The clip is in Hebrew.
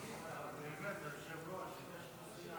--- היושב-ראש